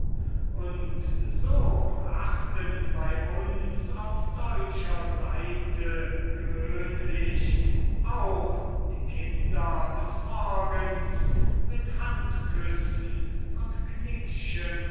und so brachten bei uns auf deutscher seite gewöhnlich auch die kinder des morgens mit händeküssen und knickschen